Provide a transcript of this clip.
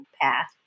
path